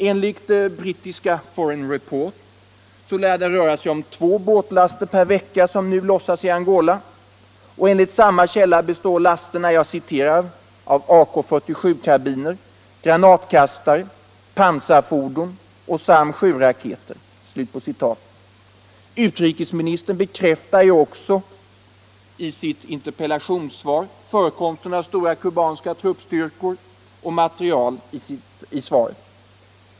Enligt brittiska Foreign Report lär det röra sig om två båtlaster per vecka som nu lossas i Angola och enligt samma källa består lasterna av ”AK-47-karbiner, granatkastare, pansarfordon och SAM-7-raketer”. Utrikesministern bekräftar också i sitt svar till mig förekomsten av stora kubanska truppstyrkor och material.